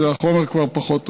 והחומר כבר פחות טוב.